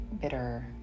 Bitter